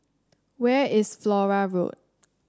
where is Flora Road